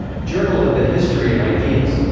journal of the history of ideas.